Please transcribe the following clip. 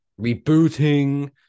Rebooting